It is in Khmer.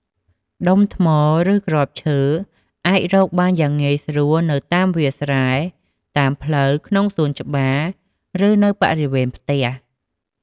ដុំថ្ម ឬគ្រាប់ឈើអាចរកបានយ៉ាងងាយស្រួលនៅតាមវាលស្រែ តាមផ្លូវ ក្នុងសួនច្បារ ឬនៅបរិវេណផ្ទះ។